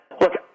Look